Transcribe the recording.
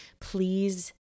please